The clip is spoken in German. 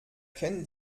kennt